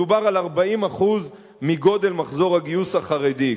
מדובר על 40% מגודל מחזור הגיוס החרדי.